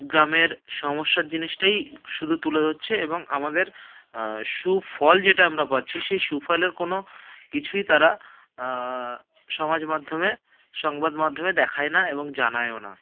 গ্রামের সমস্যার জিনিসটাই শুধু তুলে ধরছে এবং আমাদের সুফল যেটা আমরা পাচ্ছি সেই সুফলের কোনো কিছুই তারা সমাজ মাধ্যমে সংবাদ মাধ্যমে দেখায় না এবং জানায়ও না